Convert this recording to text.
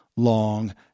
long